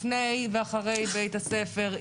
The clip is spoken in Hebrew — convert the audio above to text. לפני ואחרי בית הספר,